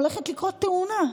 הולכת לקרות תאונה.